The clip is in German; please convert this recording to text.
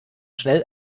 schnell